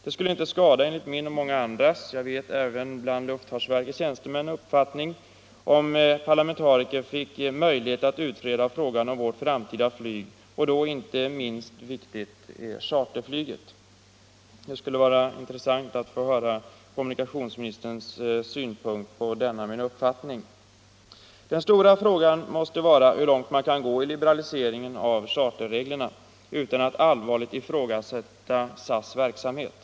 Det skulle inte skada, enligt min och många andras — även inom luftfartsverkets tjänstemannakår — uppfattning, om parlamentariker fick möjlighet att utreda frågan om vårt framtida flyg och då inte minst charterflyget. Det skulle vara intressant att få höra kommunikationsministerns synpunkt på denna min uppfattning. Den stora frågan måste vara hur långt man kan gå i liberaliseringen av charterreglerna utan att allvarligt ifrågasätta SAS verksamhet.